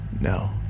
No